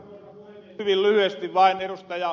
hyvin lyhyesti vain ed